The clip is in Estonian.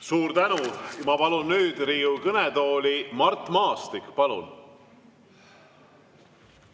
Suur tänu! Ma palun nüüd Riigikogu kõnetooli Mart Maastiku. Palun!